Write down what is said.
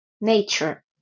nature